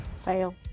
fail